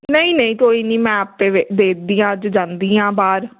ਨਹੀਂ ਨਹੀਂ ਕੋਈ ਨਹੀਂ ਮੈਂ ਆਪੇ ਵੇ ਦੇਖਦੀ ਹਾਂ ਅੱਜ ਜਾਂਦੀ ਹਾਂ ਬਾਹਰ